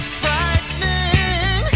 frightening